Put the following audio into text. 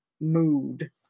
Mood